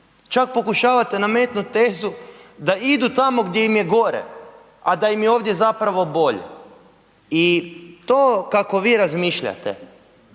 čak pokušavate nametnut tezu da idu tamo gdje im je gore, a da im je ovdje zapravo bolje. I to kako vi razmišljate,